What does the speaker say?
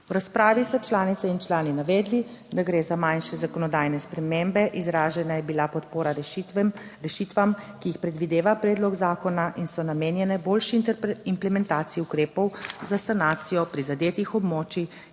V razpravi so članice in člani navedli, da gre za manjše zakonodajne spremembe, izražena je bila podpora rešitvam, ki jih predvideva predlog zakona in so namenjene boljši implementaciji ukrepov za sanacijo prizadetih območij